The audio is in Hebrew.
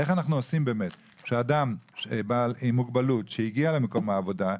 איך אנחנו עושים שאדם עם מוגבלות שהגיע למקום העבודה,